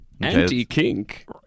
Anti-kink